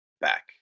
back